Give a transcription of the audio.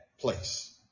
place